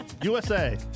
USA